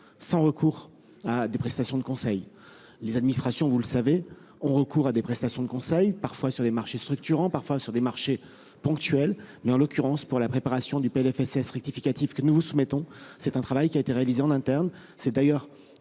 sans recours à des prestations de conseil. Les administrations, vous le savez, ont recours à ces prestations parfois sur des marchés structurants, parfois sur des marchés ponctuels, mais en l'occurrence, pour la préparation du PLFRSS que nous vous soumettons, le travail a été réalisé en interne. C'est d'ailleurs